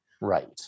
Right